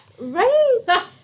Right